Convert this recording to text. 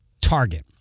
Target